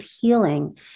healing